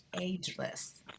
ageless